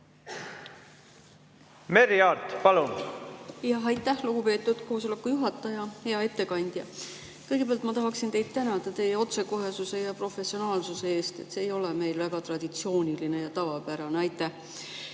Merry Aart, palun! Aitäh, lugupeetud koosoleku juhataja! Hea ettekandja! Kõigepealt ma tahaksin teid tänada teie otsekohesuse ja professionaalsuse eest. See ei ole meil väga traditsiooniline ja tavapärane. Aitäh! Oleme